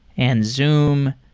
and zoom,